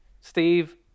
Steve